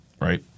right